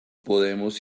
podemos